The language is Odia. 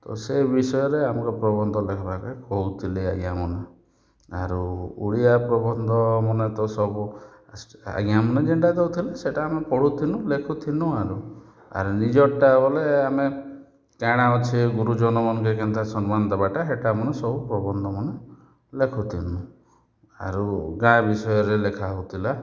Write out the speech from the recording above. ତ ସେ ବିଷୟରେ ଆମର୍ ପ୍ରବନ୍ଧ ଲେଖ୍ବାର୍କେ କହୁଥିଲେ ଆଜ୍ଞାମାନେ ଆରୁ ଓଡ଼ିଆ ପ୍ରବନ୍ଧମାନେ ତ ସବୁ ଆଜ୍ଞାମାନେ ଯେନ୍ଟା ଦେଉଥିଲେ ସେଟା ଆମେ ପଢ଼ୁଥିଲୁଁ ଲେଖୁଥିଲୁଁ ଆରୁ ଆର୍ ନିଜର୍ଟା ବେଲେ ଆମେ କା'ଣା ଅଛେ ଗୁରୁଜନମାନ୍ଙ୍କେ କେନ୍ତା ସମ୍ମାନ୍ ଦେବାର୍ଟା ସେଟା ମାନ୍ ସବୁ ପ୍ରବନ୍ଧମାନେ ଲେଖୁଥିଲୁଁ ଆରୁ ଗାଈ ବିଷୟରେ ଲେଖା ହେଉଥିଲା